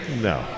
No